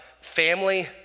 family